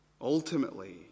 Ultimately